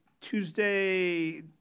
tuesday